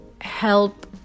help